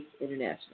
International